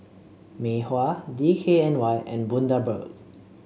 Mei Hua D K N Y and Bundaberg